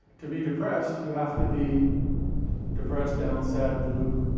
to be depressed, you have to be depressed, down, sad, blue,